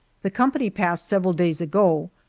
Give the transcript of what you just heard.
the company passed several days ago,